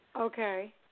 Okay